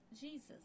Jesus